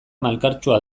malkartsua